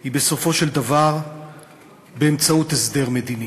היא בסופו של דבר באמצעות הסדר מדיני,